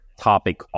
topic